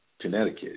Connecticut